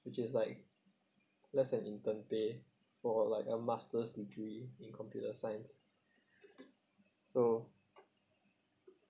which is like less than intern pay for like a master's degree in computer science so